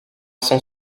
cent